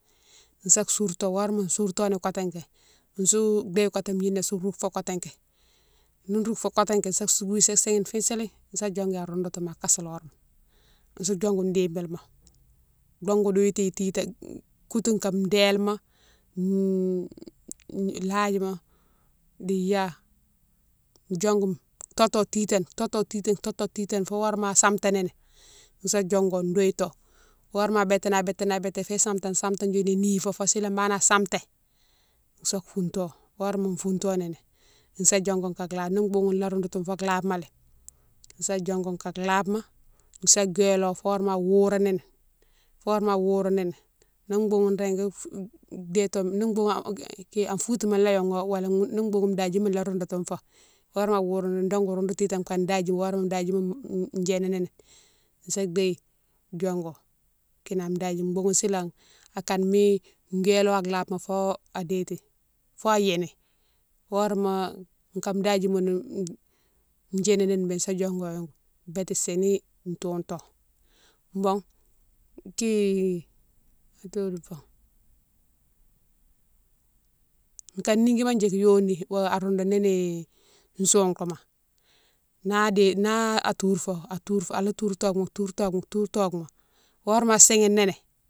Sa sourto horéma sourto ni kotéké sou déye déye gnina sou rouke fo kotéké, ni rouke fo kotéké sa soubou fé sighine fisili sa diongou an roundoutouma an kasiloré, sou diongou dibilma, dongou dioultighi titane, kotou ka délima, ladjima di ya diongou toto titane, toto titane toto titane, toto titane fo horé mina asantani ni sa diongo douilto fo horé mina abéténi abéténi, abéténi fo santa santa ghoune nifo fo silane banane a santé mosa founto horé mina mo founto nini a diongou ka labe ni boughoune la roundoutoune fo labemalé sa diongo ka labema, sa wélo fo horéma a wourini, fo horéma a wourini ni, ni boughoune régui déto, ni boughoune an foutouma la yongo wala ni boughoune dadjima la roundoutoune fo horéma a wouri nini, dongou roundou titane kan dadji horémina dadjima djinini ni sa déye diongou kinan dadji, boughoune silan akane mine wélo an labema fo déti, fo yini horéma kan dadjimoune djini ni béne sa diongo bété sini touto. Bon ki atodou fo ka niguima djike yoni wo a roundouni ni soutouma na déye na tourfo atourfo, ala toure togouma, toure togouma, toure togouma fo horé mina sighini ni.